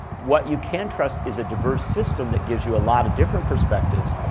what you can trust is a diverse system that gives you a lot of different perspectives.